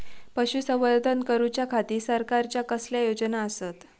पशुसंवर्धन करूच्या खाती सरकारच्या कसल्या योजना आसत?